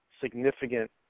significant